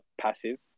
passive